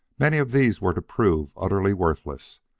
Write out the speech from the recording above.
many of these were to prove utterly worthless,